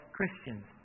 Christians